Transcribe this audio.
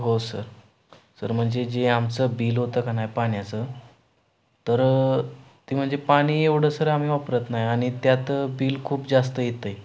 हो sir sir म्हणजे जे आमचं बिल होतं का नाही पाण्याचं तर ते म्हणजे पाणी एवढं सर आम्ही वापरत नाही आणि त्यात बिल खूप जास्त येतं आहे